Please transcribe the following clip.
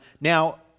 Now